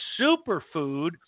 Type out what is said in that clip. superfood